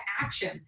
action